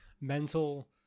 mental